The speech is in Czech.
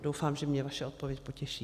Doufám, že mě vaše odpověď potěší.